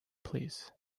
please